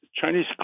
Chinese